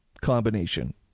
combination